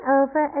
over